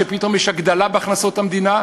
פתאום יש הגדלה בהכנסות המדינה,